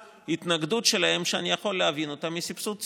התנגדות שלהם, שאני יכול להבין אותה, לסבסוד צולב.